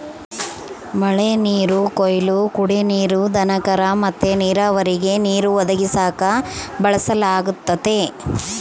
ಮಳೆನೀರು ಕೊಯ್ಲು ಕುಡೇ ನೀರು, ದನಕರ ಮತ್ತೆ ನೀರಾವರಿಗೆ ನೀರು ಒದಗಿಸಾಕ ಬಳಸಲಾಗತತೆ